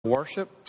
worship